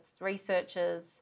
researchers